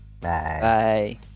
Bye